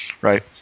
right